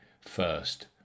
first